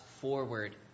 forward